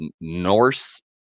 Norse